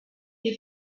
die